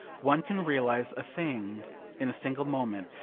one can realise a thing in a single moment,